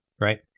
Right